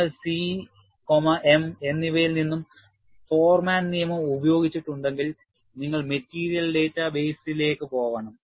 നിങ്ങൾ C m എന്നിവയിൽ നിന്നും ഫോർമാൻ നിയമം ഉപയോഗിച്ചിട്ടുണ്ടെങ്കിൽ നിങ്ങൾ മെറ്റീരിയൽ ഡാറ്റാ ബേസിലേക്ക് പോകണം